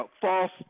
false